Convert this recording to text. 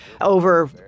over